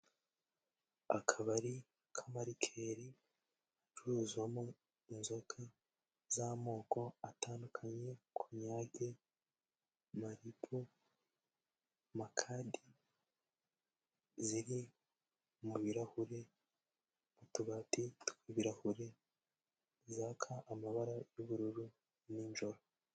Akabari k'amarikeri gacururizwamo inzoka z'amoko atandukanye konyage, maripu makadi ziri mu birarahure mu tubati tw'ibirahure zaka amabara y'ubururu ninjoro.